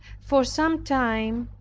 for some time,